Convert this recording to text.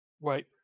Wait